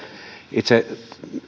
itse